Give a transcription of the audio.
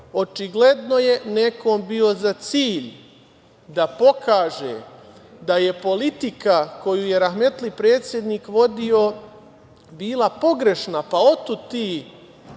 je nekom bio za cilj da pokaže da je politika koju je rahmetli predsednik vodio bila pogrešna, pa otud